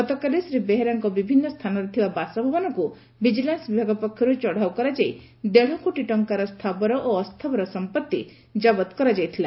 ଗତକାଲି ଶ୍ରୀ ବେହେରାଙ୍କ ବିଭିନ୍ନ ସ୍ଚାନରେ ଥିବା ବାସଭବନକୁ ଭିଜିଲାନ୍ ବିଭାଗ ପକ୍ଷର୍ ଚଢାଉ କରାଯାଇ ଦେଢକୋଟି ଟଙ୍କାର ସ୍ରାବର ଓ ଅସ୍ତାବର ସମ୍ମଭି ଜବତ କରାଯାଇଥିଲା